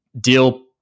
deal